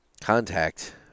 contact